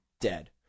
dead